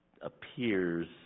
appears